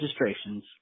registrations